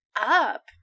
up